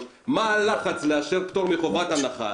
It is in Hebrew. הקריטריונים וגם לא את הלחץ לאשר פטור מחובת הנחה.